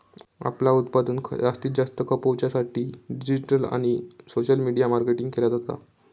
आपला उत्पादन जास्तीत जास्त खपवच्या साठी डिजिटल आणि सोशल मीडिया मार्केटिंग केला जाता